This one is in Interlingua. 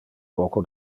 poco